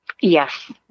Yes